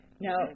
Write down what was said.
now